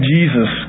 Jesus